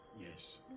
Yes